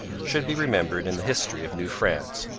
should be remembered in the history of new france.